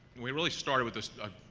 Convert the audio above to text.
we really started with a